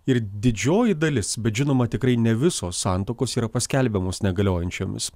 ir didžioji dalis bet žinoma tikrai ne visos santuokos yra paskelbiamos negaliojančiomis